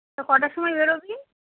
তো কটার সময় বেরোবি